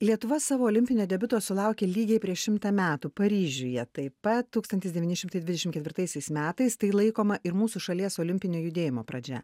lietuva savo olimpinio debiuto sulaukė lygiai prieš šimtą metų paryžiuje taip pat tūkstantis devyni šimtai dvidešim ketvirtaisiais metais tai laikoma ir mūsų šalies olimpinio judėjimo pradžia